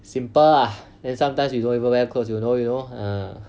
simple uh then sometimes you don't even wear clothes you know you know uh